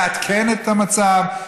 לעדכן את המצב,